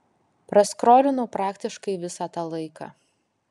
praskrolinau praktiškai visą tą laiką